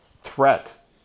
threat